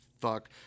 fuck